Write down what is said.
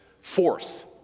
force